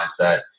mindset